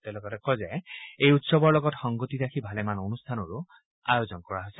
তেওঁ লগতে কয় যে এই উৎসৱৰ লগত সংগতি ৰাখি ভালেমান অনুষ্ঠানৰ আয়োজন কৰা হৈছে